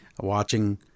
watching